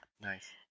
Nice